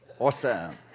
Awesome